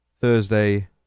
Thursday